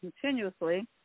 continuously